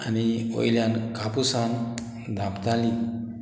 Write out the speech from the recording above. आनी वयल्यान कापूसान धांपताली